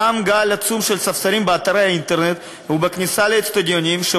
קם באתרי האינטרנט ובכניסה לאצטדיונים גל עצום של